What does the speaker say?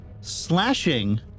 slashing